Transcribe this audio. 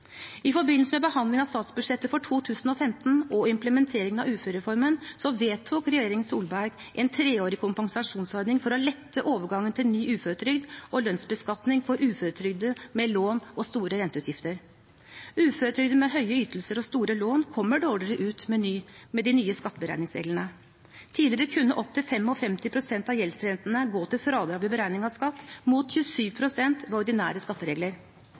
I forbindelse med behandlingen av statsbudsjettet for 2015 og implementeringen av uførereformen vedtok regjeringen Solberg en treårig kompensasjonsordning for å lette overgangen til ny uføretrygd og lønnsbeskatning for uføretrygdede med lån og store renteutgifter. Uføretrygdede med høye ytelser og store lån kommer dårligere ut med de nye skatteberegningsreglene. Tidligere kunne opptil 55 pst. av gjeldsrentene gå til fradrag ved beregning av skatt, mot 27 pst. med ordinære skatteregler.